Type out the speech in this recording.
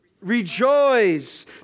rejoice